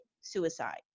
suicide